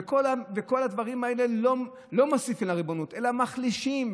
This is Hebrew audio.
וכל הדברים האלה לא מוסיפים לריבונות אלא מחלישים.